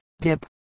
Dip